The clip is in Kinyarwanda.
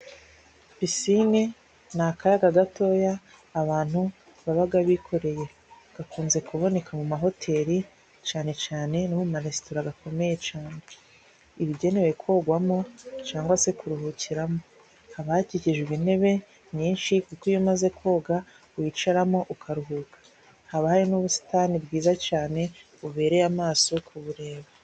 Piscine ni akayaga gatoya abantu baba bikoreye. Gakunze kuboneka mu mahoteli cyane cyane no mu maresitora akomeye cyane. Iba igenewe kogwamo cyangwa se kuruhukiramo. Haba hakikijwe n'intebe nyinshi kuko iyo umaze koga wicaramo ukaruhuka. Haba hari n'ubusitani bwiza cyane bubereye amaso kubureba.